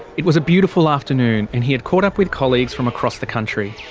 it was a beautiful afternoon and he had caught up with colleagues from across the country.